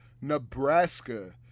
Nebraska